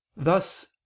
Thus